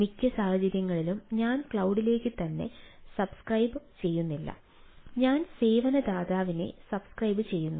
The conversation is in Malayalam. മിക്ക സാഹചര്യങ്ങളിലും ഞാൻ ക്ലൌഡിലേക്ക് തന്നെ സബ്സ്ക്രൈബുചെയ്യുന്നില്ല ഞാൻ സേവന ദാതാവിനെ സബ്സ്ക്രൈബുചെയ്യുന്നു